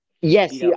Yes